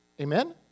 Amen